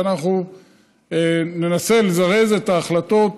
ואנחנו ננסה לזרז את ההחלטות,